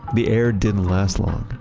the air didn't last long.